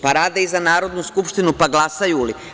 Pa rade i za Narodnu skupštinu, pa glasaju li?